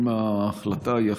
אם ההחלטה היא,